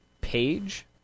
page